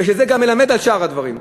וזה גם מלמד על שאר הדברים.